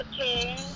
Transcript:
Okay